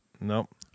Nope